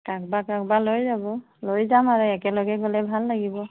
কাৰোবাক কাৰোবাক লৈ যাব লৈ যাম আৰু একেলগে গ'লে ভাল লাগিব